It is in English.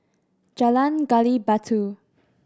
Jalan Gali Batu